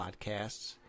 podcasts